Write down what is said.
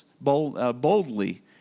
boldly